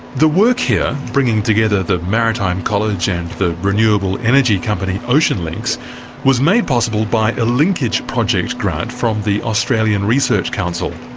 the work here brings together the maritime college and the renewable energy company oceanlinx and was made possible by a linkage project grant from the australian research council.